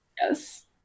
yes